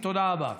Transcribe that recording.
תודה רבה.